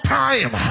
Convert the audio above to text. time